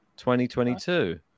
2022